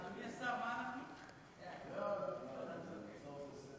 ההצעה להעביר את